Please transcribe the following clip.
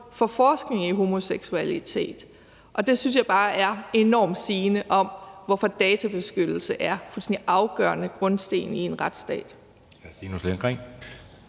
for forskning i homoseksualitet, og det synes jeg bare er enormt sigende, i forhold til hvorfor databeskyttelse er en fuldstændig afgørende grundsten i en retsstat.